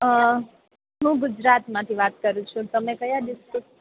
અ હું ગુજરાતમાંથી વાત કરું છું તમે ક્યાં ડીસ્ટ્રિકટ